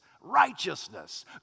righteousness